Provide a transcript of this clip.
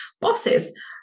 bosses